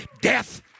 death